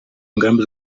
ingamba